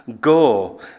go